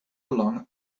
belang